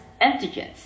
antigens